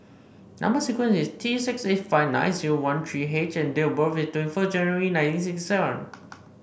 number sequence is T six eight five nine zero one three H and date of birth is twenty first January nineteen sixty seven